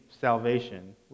salvation